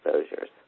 exposures